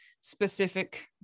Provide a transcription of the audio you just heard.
specific